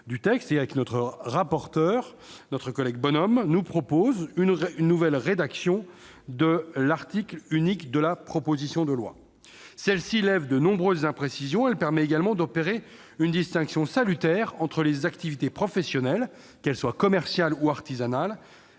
et avec notre rapporteur, François Bonhomme nous propose une nouvelle rédaction de l'article unique de la proposition de loi. Celle-ci lève de nombreuses imprécisions ; elle permet également d'opérer une distinction salutaire entre les activités professionnelles, qu'elles soient commerciales ou artisanales,